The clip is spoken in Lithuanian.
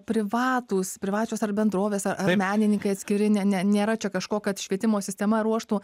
privatūs privačios ar bendrovės ar menininkai atskiri ne ne nėra čia kažko kad švietimo sistema ruoštų